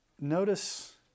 notice